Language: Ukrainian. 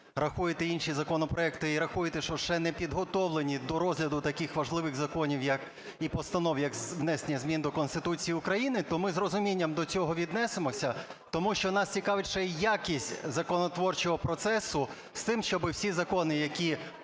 рахуєте інші законопроекти, і рахуєте, що ще не підготовлені до розгляду таких важливих законів і постанов як внесення змін до Конституції України, то ми з розумінням до цього віднесемося. Тому що нас цікавить ще й якість законотворчого процесу з тим, щоби всі закони, які приймалися,